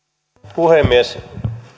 puhemies